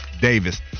Davis